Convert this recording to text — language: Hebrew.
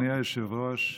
אדוני היושב-ראש,